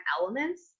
elements